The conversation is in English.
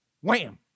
Wham